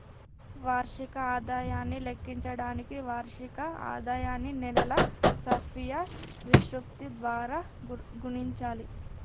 వార్షిక ఆదాయాన్ని లెక్కించడానికి వార్షిక ఆదాయాన్ని నెలల సర్ఫియా విశృప్తి ద్వారా గుణించాలి